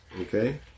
Okay